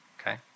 Okay